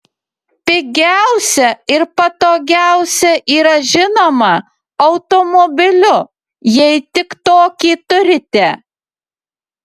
pigiausia ir patogiausia yra žinoma automobiliu jei tik tokį turite